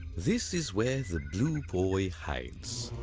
this is where the blue boy hides,